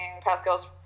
Pascal's